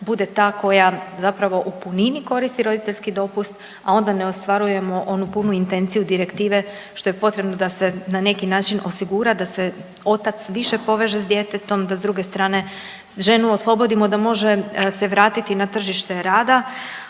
bude ta koja zapravo u punini koristi roditeljski dopust, a onda ne ostvarujemo onu punu intenciju direktive što je potrebno da se na neki način osigura da se otac više poveže s djetetom, da s druge strane ženu oslobodimo da može se vratiti na tržište rada,